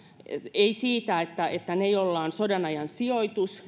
ei siitä että että niillä joilla on sodanajan sijoitus